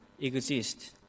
exist